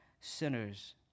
sinners